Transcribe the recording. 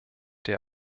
der